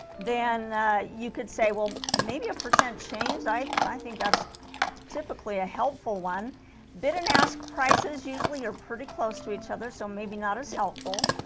then you could say well maybe a percent changed i i think that's typically a helpful one bid and ask prices usually are pretty close to each other so maybe not as helpful